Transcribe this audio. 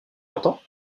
longtemps